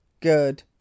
Good